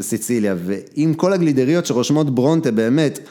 סיציליה, ועם כל הגלידריות שרושמות ברונטה באמת